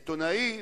עיתונאי,